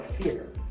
fear